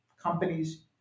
companies